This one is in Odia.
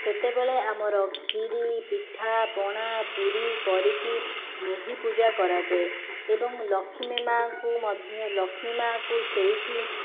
ସେତେବେଳେ ଆମର ଖିରି ପିଠା ପଣା ପୁରୀ କରିକି ମେହି ପୂଜା କରାଯାଏ ଏବଂ ଲକ୍ଷ୍ମୀ ମାଁଙ୍କୁ ମଧ୍ୟ ଲକ୍ଷ୍ମୀ ମାଁକୁ ସେଇଠି